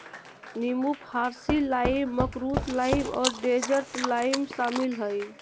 नींबू फारसी लाइम, मकरुत लाइम और डेजर्ट लाइम शामिल हइ